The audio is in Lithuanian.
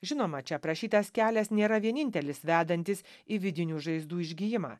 žinoma čia aprašytas kelias nėra vienintelis vedantis į vidinių žaizdų išgijimą